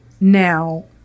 now